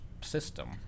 system